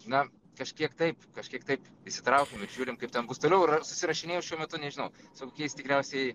na kažkiek taip kažkiek taip įsitraukiam ir žiūrim kaip ten bus toliau ir susirašinėju šiuo metu nežinau su kokiais tikriausiai